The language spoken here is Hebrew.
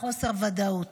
וחוסר ודאות.